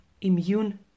immune